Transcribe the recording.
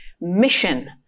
mission